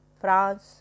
France